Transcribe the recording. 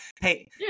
Hey